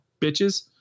bitches